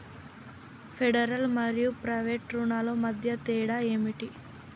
Federal మరియు private రుణాల మధ్య తేడా ఏమిటి?